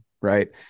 right